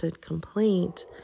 complaint